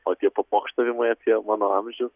o tie papokštavimai apie mano amžių